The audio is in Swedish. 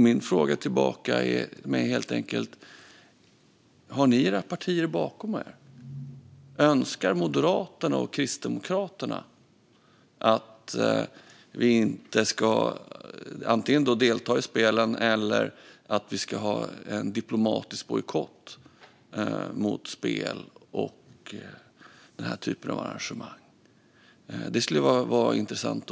Min fråga tillbaka är helt enkelt: Har ni era partier bakom er? Önskar Moderaterna och Kristdemokraterna antingen att vi inte ska delta i spelen eller att vi ska ha en diplomatisk bojkott mot spel och den här typen av arrangemang? Det skulle vara intressant